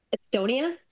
Estonia